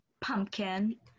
pumpkin